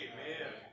Amen